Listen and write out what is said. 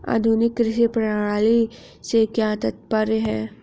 आधुनिक कृषि प्रणाली से क्या तात्पर्य है?